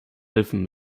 helfen